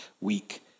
week